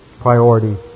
priority